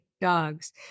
Dogs